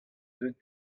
deuet